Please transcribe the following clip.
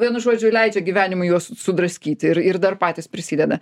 vienu žodžiu leidžia gyvenimui juos sudraskyti ir ir dar patys prisideda